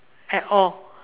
at all